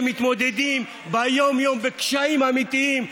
שמתמודדים יום-יום עם קשיים אמיתיים,